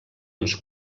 uns